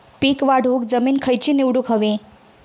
पीक वाढवूक जमीन खैची निवडुक हवी?